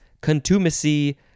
contumacy